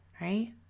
right